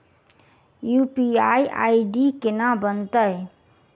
UPI ID केना बनतै?